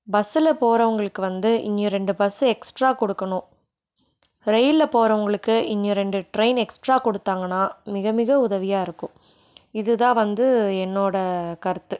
பஸ்ஸில் போகிறவுங்களுக்கு வந்து இங்கே ரெண்டு பஸ்ஸு எக்ஸ்ட்ரா கொடுக்கணும் ரயில்ல போறவங்களுக்கு இங்கே ரெண்டு ட்ரெயின் எக்ஸ்ட்ரா கொடுத்தாங்கன்னா மிக மிக உதவியாக இருக்கும் இது தான் வந்து என்னோடய கருத்து